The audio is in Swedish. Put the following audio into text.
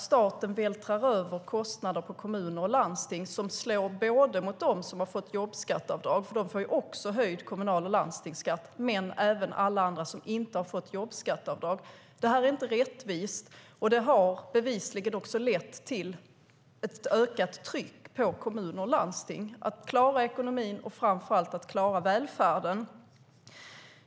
Staten vältrar över kostnader på kommuner och landsting som slår både mot dem som har fått jobbskatteavdrag - de får ju också höjd kommunal och landstingsskatt - och alla som inte har fått jobbskatteavdrag. Det är inte rättvist, och det har bevisligen lett till ett ökat tryck på kommuner och landsting att klara ekonomin och framför allt att klara välfärden.